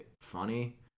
funny